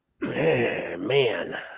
man